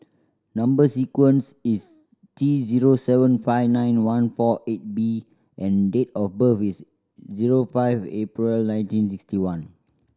number sequence is T zero seven five nine one four eight B and date of birth is zero five April nineteen sixty one